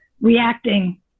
reacting